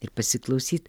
ir pasiklausyt